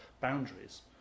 boundaries